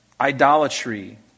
idolatry